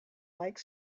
like